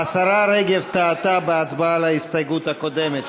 השרה רגב טעתה בהצבעה על ההסתייגות הקודמת,